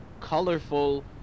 colorful